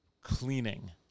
cleaning